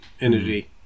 energy